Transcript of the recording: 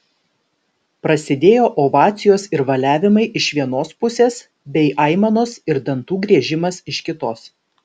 prasidėjo ovacijos ir valiavimai iš vienos pusės bei aimanos ir dantų griežimas iš kitos